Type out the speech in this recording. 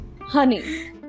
honey